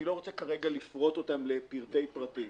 אני לא רוצה כרגע לפרוט אותם לפרטי פרטים,